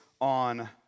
on